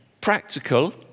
practical